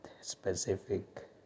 specific